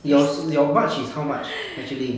your s~ much is how much actually